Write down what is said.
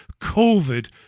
Covid